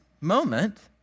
moment